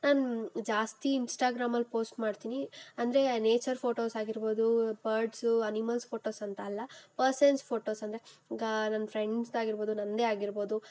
ನಾನು ಜಾಸ್ತಿ ಇನ್ಸ್ಟಾಗ್ರಾಮಲ್ಲಿ ಪೋಸ್ಟ್ ಮಾಡ್ತೀನಿ ಅಂದರೆ ನೇಚರ್ ಫೋಟೋಸಾಗಿರ್ಬೋದು ಬರ್ಡ್ಸು ಅನಿಮಲ್ಸ್ ಫೋಟೋಸ್ ಅಂತಲ್ಲ ಪರ್ಸನ್ಸ್ ಫೋಟೋಸ್ ಅಂದರೆ ಈಗ ನನ್ನ ಫ್ರೆಂಡ್ಸ್ದಾಗಿರ್ಬೋದು ನನ್ನದೇ ಆಗಿರ್ಬೋದು